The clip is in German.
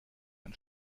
ein